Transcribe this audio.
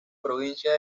provincia